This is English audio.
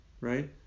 right